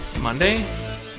Monday